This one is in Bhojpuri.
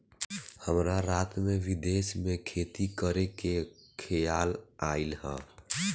हमरा रात में विदेश में खेती करे के खेआल आइल ह